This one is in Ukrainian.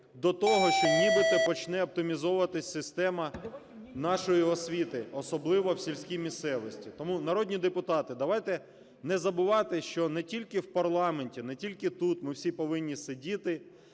до того, що нібито почне оптимізовуватись система нашої освіти, особливо в сільській місцевості. Тому, народні депутати, давайте не забувати, що не тільки в парламенті, не тільки тут ми всі повинні сидіти,